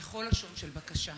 סגנית מזכיר הכנסת, בבקשה.